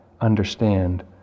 understand